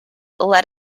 let